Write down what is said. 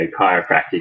chiropractic